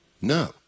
No